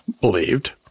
believed